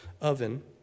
oven